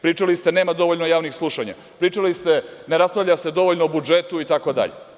Pričali ste da nema dovoljno javnih slušanja, pričali ste da se ne raspravlja dovoljno o budžetu itd.